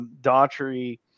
Daughtry